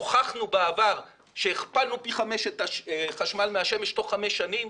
הוכחנו בעבר שהכפלנו פי חמש את החשמל מהשמש תוך חמש שנים,